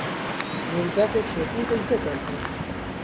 मिरचा के खेती कइसे करथे?